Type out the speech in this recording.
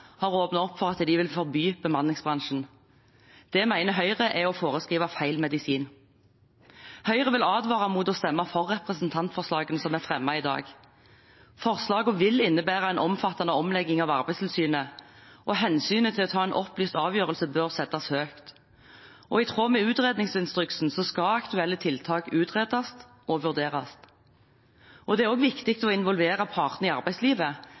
har åpnet for at de vil forby bemanningsbransjen. Det mener Høyre er å foreskrive feil medisin. Høyre vil advare mot å stemme for representantforslagene som er fremmet i dag. Forslagene vil innebære en omfattende omlegging av Arbeidstilsynet, og hensynet til å ta en opplyst avgjørelse bør settes høyt. I tråd med utredningsinstruksen skal aktuelle tiltak utredes og vurderes, og det er også viktig å involvere partene i arbeidslivet,